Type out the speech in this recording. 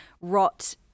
rot